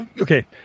okay